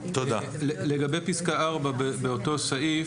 לגבי פסקה (4) באותו סעיף,